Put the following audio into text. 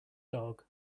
dog